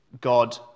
God